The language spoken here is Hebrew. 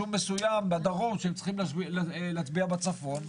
מסוים בדרום שהם צריכים להצביע בצפון,